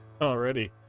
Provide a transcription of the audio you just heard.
Already